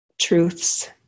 truths